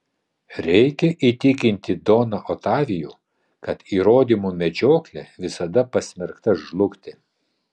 reikia įtikinti doną otavijų kad įrodymų medžioklė visada pasmerkta žlugti